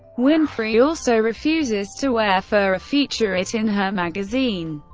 winfrey also refuses to wear fur or feature it in her magazine.